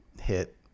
hit